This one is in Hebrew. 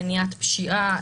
מניעת פשיעה,